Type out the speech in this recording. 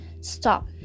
stop